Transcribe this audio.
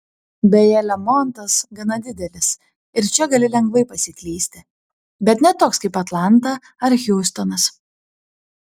beje lemontas gana didelis ir čia gali lengvai pasiklysti bet ne toks kaip atlanta ar hjustonas